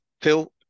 phil